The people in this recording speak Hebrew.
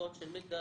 ההשקעות של מגדל,